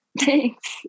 Thanks